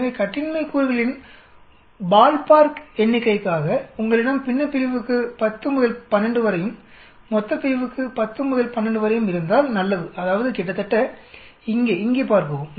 எனவே கட்டின்மை கூறுகளின் பால்பார்க் எண்ணிக்கைக்காக உங்களிடம் பின்னப்பிரிவுக்கு 10 முதல் 12 வரையும் மொத்தப்பிரிவுக்கு 10 முதல் 12 வரையும் இருந்தால் நல்லதுஅதாவதுகிட்டத்தட்ட இங்கே இங்கே பார்க்கவும்